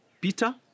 Peter